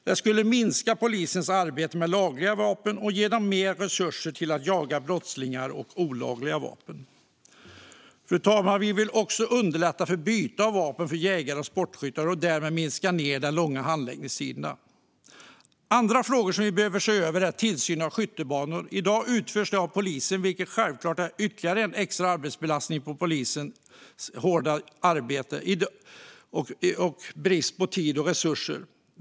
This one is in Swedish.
Det skulle minska polisens arbete med lagliga vapen och ge dem mer resurser till att jaga brottslingar och olagliga vapen. Vi vill också underlätta byte av vapen för jägare och sportskyttar och därmed minska de långa handläggningstiderna. En annan fråga vi behöver se över är tillsynen av skyttebanor, som i dag utförs av polisen. Detta innebär självklart ytterligare arbetsbelastning för polisen, som redan i dag lider brist på tid och resurser.